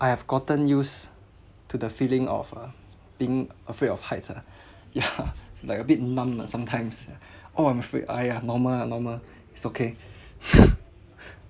I have gotten used to the feeling of uh being afraid of heights ah yeah it's like a bit numb nah sometimes oh I'm afraid !aiya! normal abnormal it's okay